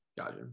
Gotcha